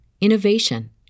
innovation